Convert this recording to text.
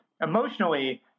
Emotionally